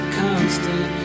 constant